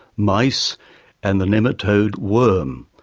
mice and the nematode worm.